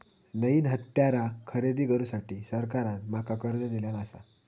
नईन हत्यारा खरेदी करुसाठी सरकारान माका कर्ज दिल्यानं आसा